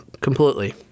Completely